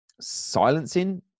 silencing